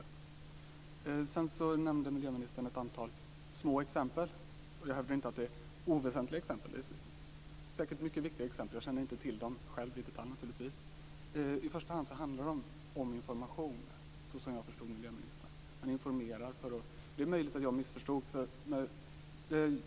Miljöministern nämnde sedan ett antal små exempel; jag hävdar inte att det är oväsentliga - de är säkert mycket viktiga. Jag känner inte själv till dem i detalj. I första hand handlade de om information som jag förstod miljöministern, men det är möjligt att jag missförstod det.